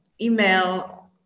email